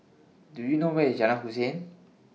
Do YOU know Where IS Jalan Hussein